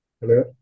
Hello